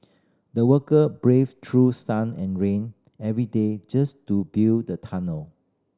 the worker braved through sun and rain every day just to build the tunnel